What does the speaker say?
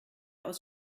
aus